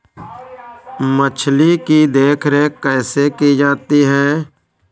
मछली की देखरेख कैसे की जाती है?